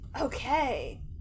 Okay